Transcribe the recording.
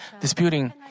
disputing